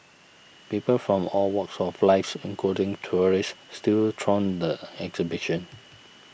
people from all walks of lives including tourists still throng the exhibition